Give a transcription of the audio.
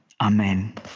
amen